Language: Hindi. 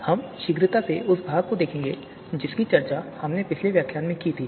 इसलिए हम शीघ्रता से उस भाग को देखेंगे जिसकी चर्चा हम पिछले विशेष व्याख्यान में कर रहे थे